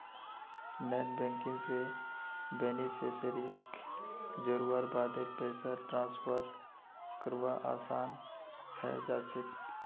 net banking स बेनिफिशियरीक जोड़वार बादे पैसा ट्रांसफर करवा असान है जाछेक